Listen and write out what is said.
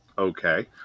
Okay